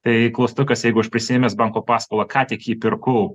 tai klaustukas jeigu aš prisiėmęs banko paskolą ką tik jį pirkau